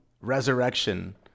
resurrection